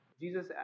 Jesus